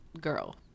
Girl